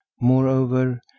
moreover